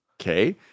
Okay